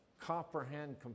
comprehend